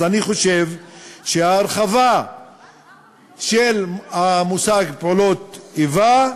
אז אני חושב שההרחבה של המושג "פעולות איבה",